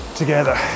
together